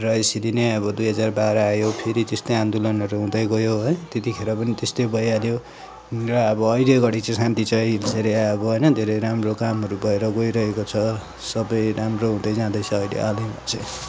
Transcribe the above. र यसरी नै अब दुई हजार बाह्र आयो फेरि त्यस्तै आन्दोलनहरू हुँदै गयो है त्यतिखेर पनि त्यस्तै भइहाल्यो र अब अहिले घडी चाहिँ शान्ति छ यसरी अब होइन धेरै राम्रो कामहरू भएर गइरहेको छ सबै राम्रो हुँदै जाँदैछ अहिले हालैमा चाहिँ